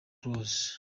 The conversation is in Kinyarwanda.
close